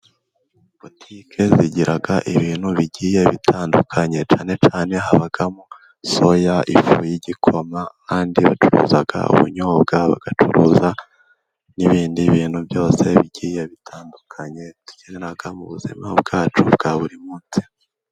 Butike zigira ibintu bigiye bitandukanye, cyane cyane habamo soya, ifu y'igikoma, kandi bacuruza ubunyobwa, bagacuruza n'ibindi bintu byose bigiye bitandukanye, dukenera mu buzima bwacu bwa buri munsi.